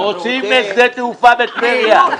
רוצים שדה תעופה בטבריה.